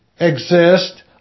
exist